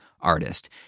artist